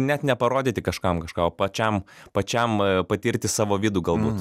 net ne parodyti kažkam kažką o pačiam pačiam patirti savo vidų galbūt